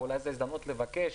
ואולי זו הזדמנות לבקש